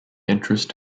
interest